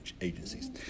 agencies